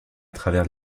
travers